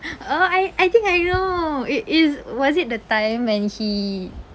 uh I I think I know it is was it the time when he